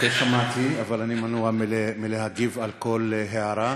שמעתי, אבל אני מנוע מלהגיב על כל הערה.